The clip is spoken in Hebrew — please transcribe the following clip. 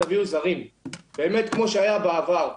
תביאו זרים באמת כמו שהיה בעבר,